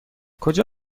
کجا